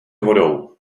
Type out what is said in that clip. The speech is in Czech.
vodou